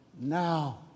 Now